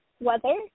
weather